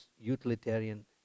utilitarian